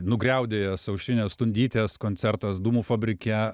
nugriaudėjęs aušrinės stundytės koncertas dūmų fabrike